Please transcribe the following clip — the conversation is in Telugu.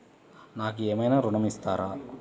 నాకు ఏమైనా ఋణం ఇస్తారా?